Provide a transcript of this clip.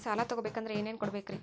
ಸಾಲ ತೊಗೋಬೇಕಂದ್ರ ಏನೇನ್ ಕೊಡಬೇಕ್ರಿ?